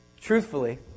Truthfully